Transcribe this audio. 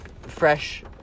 fresh